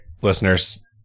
listeners